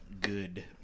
good